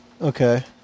Okay